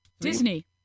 Disney